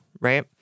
right